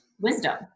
wisdom